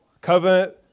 covenant